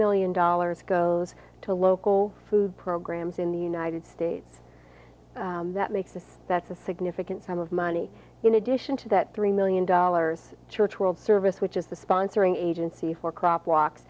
million dollars goes to local food programs in the united states that makes this that's a significant sum of money in addition to that three million dollars church world service which is the sponsoring agency for crop walks